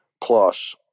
Plus